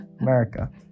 America